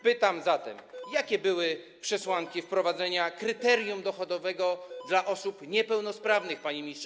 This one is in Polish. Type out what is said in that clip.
Pytam zatem: Jakie były przesłanki wprowadzenia kryterium dochodowego dla osób niepełnosprawnych, panie ministrze?